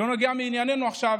לא זה מענייננו עכשיו